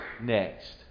next